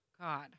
God